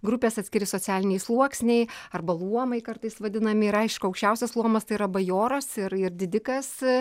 grupės atskiri socialiniai sluoksniai arba luomai kartais vadinami ir aišku aukščiausias luomas tai yra bajoras ir ir didikas